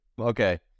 Okay